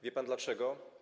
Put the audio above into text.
Wie pan dlaczego?